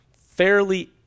fairly